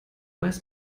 weiß